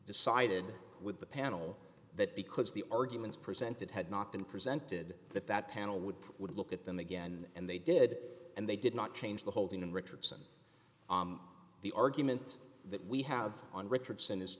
decided with the panel that because the arguments presented had not been presented that that panel would would look at them again and they did and they did not change the holding and richardson the argument that we have on richardson is